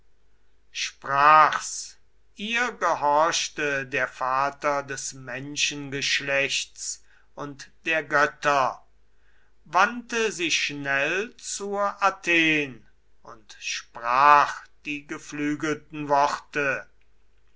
sprach's ihr gehorchte der vater des menschengeschlechts und der götter wandte sich schnell zur athen und sprach die geflügelten worte